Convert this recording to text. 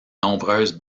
nombreuses